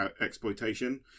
exploitation